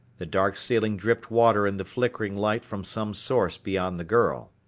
the dark ceiling dripped water in the flickering light from some source beyond the girl.